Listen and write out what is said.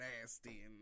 nasty